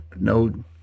no